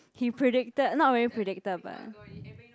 he predicted not really predicted but